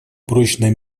прочном